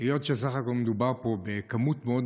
היות שסך הכול מדובר פה בכמות מאוד